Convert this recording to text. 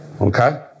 Okay